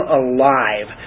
alive